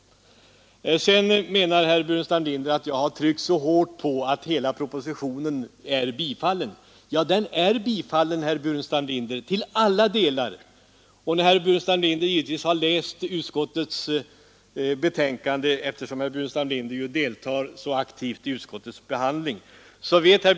Sedan menar herr Burenstam Linder att jag har tryckt för hårt på att hela propositionen är bifallen. Jo, den är bifallen, herr Burenstam Linder, till alla delar! Herr Burenstam Linder har givetvis läst utskottets betänkande, eftersom han så aktivit deltagit i utskottets behandling av ärendet.